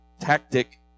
tactic